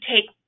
take